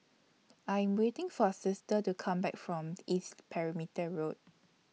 I Am waiting For Sister to Come Back from East Perimeter Road